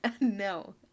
No